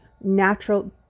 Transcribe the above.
natural